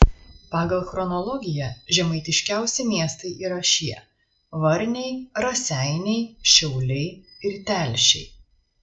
pagal chronologiją žemaitiškiausi miestai yra šie varniai raseiniai šiauliai ir telšiai